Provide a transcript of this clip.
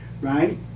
right